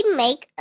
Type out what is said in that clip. make